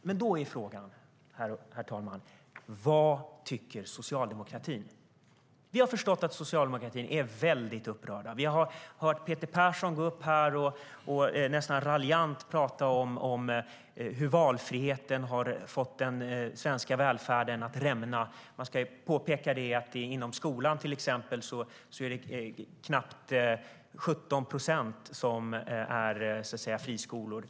Men då är frågan, herr talman: Vad tycker socialdemokratin? Vi har förstått att man är väldigt upprörd inom socialdemokratin. Vi har hört Peter Persson gå upp här och nästan raljant prata om hur valfriheten har fått den svenska välfärden att rämna. Jag vill påpeka att knappt 17 procent av skolorna är friskolor.